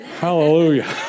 Hallelujah